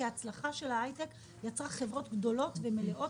כי ההצלחה של ההייטק יצרה חברות גדולות ומלאות